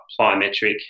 plyometric